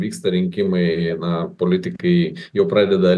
vyksta rinkimai na politikai jau pradeda